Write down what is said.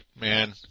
man